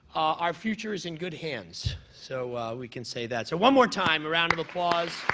our future is in good hands. so we can say that. so one more time, a round of applause.